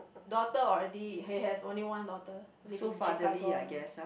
daughter already he has only one daughter live in Chicago now